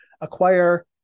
acquire